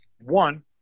one